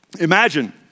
Imagine